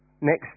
Next